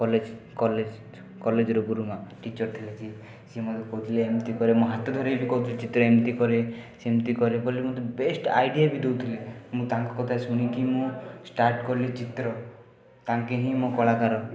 college କଲେଜର ଗୁରୁମା teacher ଥିଲେ ଯିଏ ସିଏ ମୋତେ କହୁଥିଲେ କହୁଥିଲେ ହାତ ଧରିକି କହୁଥିଲେ ଚିତ୍ର ଏମିତି କରେ ସେମତି କରେ ବୋଲି ମୋତେ ବେଷ୍ଟ ଆଇଡ଼ିଆ ବି ଦେଉଥିଲେ ମୁଁ ତାଙ୍କ କଥା ଶୁଣିକି ମୁଁ ଷ୍ଟାର୍ଟ କଲି ଚିତ୍ର ତାଙ୍କେ ହିଁ ମୋ କଳାକାର କ